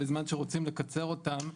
בזמן שרוצים לקצר אותם,